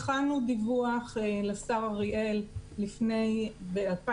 הכנו דיווח לשר אריאל ב-2018,